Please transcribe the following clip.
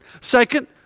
Second